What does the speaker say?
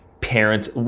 parents